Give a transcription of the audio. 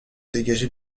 dégager